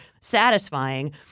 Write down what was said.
satisfying